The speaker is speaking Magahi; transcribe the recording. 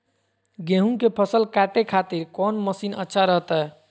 गेहूं के फसल काटे खातिर कौन मसीन अच्छा रहतय?